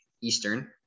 Eastern